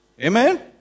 Amen